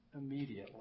immediately